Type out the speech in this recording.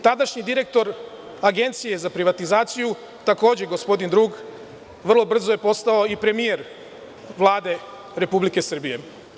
Tadašnji direktor Agencije za privatizaciju, takođe gospodin drug, vrlo brzo je postao i premijer Vlade Republike Srbije.